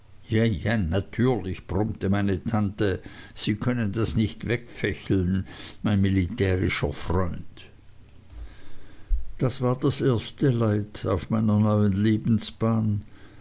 natürlich brummte meine tante sie können das nicht wegfächeln mein militärischer freund das war das erste leid auf meiner neuen lebensbahn